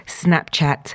snapchat